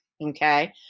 okay